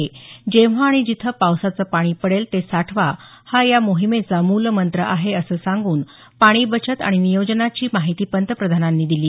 जेव्हा अणि जिथं पावसाचं पाणी पडेल ते साठवा हा या मोहिमेचा मूलमंत्र आहे असं सांगून पाणी बचत आणि नियोजनाची माहिती पंतप्रधांनांनी दिली